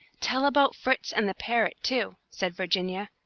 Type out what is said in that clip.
tell about fritz and the parrot, too, said virginia.